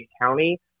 County